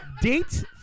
Date